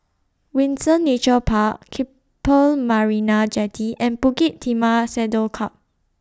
Windsor Nature Park Keppel Marina Jetty and Bukit Timah Saddle Club